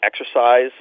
exercise